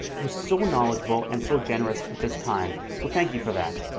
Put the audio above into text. who's so knowledgeable and so generous with his time, so thank you for that!